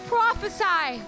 Prophesy